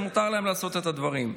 אז מותר להם לעשות את הדברים.